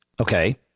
okay